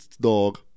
dog